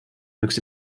looks